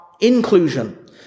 inclusion